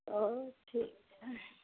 اور ٹھیک ہے